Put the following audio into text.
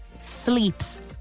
sleeps